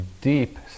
deep